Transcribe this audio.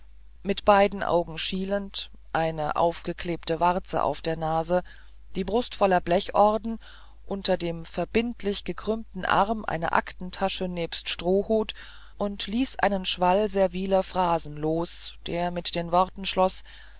mit beiden augen schielend eine aufgeklebte warze auf der nase die brust voller blechorden unter dem verbindlich gekrümmten arm eine aktentasche nebst strohhut und ließ einen schwall serviler phrasen los der mit den worten schloß